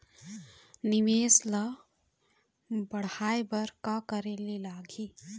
निवेश ला बड़हाए बर का करे बर लगही?